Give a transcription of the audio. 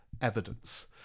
evidence